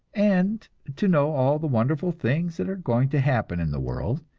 and to know all the wonderful things that are going to happen in the world,